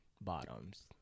bottoms